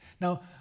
Now